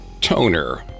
toner